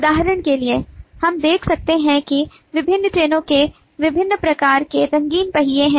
उदाहरण के लिए हम देख सकते हैं कि विभिन्न ट्रेनों में विभिन्न प्रकार के रंगीन पहिये हैं